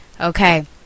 Okay